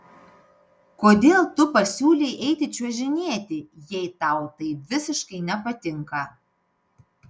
kodėl tu pasiūlei eiti čiuožinėti jei tau tai visiškai nepatinka